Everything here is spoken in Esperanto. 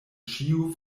ĉio